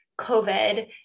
COVID